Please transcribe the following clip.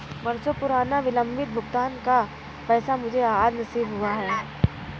बरसों पुराना विलंबित भुगतान का पैसा मुझे आज नसीब हुआ है